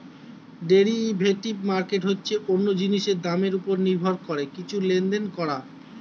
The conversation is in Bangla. ডেরিভেটিভ মার্কেট হচ্ছে অন্য জিনিসের দামের উপর নির্ভর করে কিছু লেনদেন করা